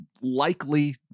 likely